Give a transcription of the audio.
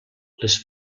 les